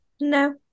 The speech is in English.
no